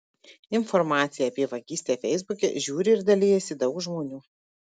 informaciją apie vagystę feisbuke žiūri ir dalijasi daug žmonių